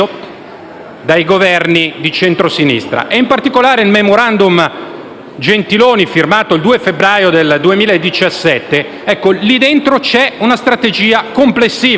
dai Governi di centrosinistra, in particolare con il Memorandum Gentiloni Silveri, firmato il 2 febbraio del 2017. Ecco, lì dentro c'è una strategia complessiva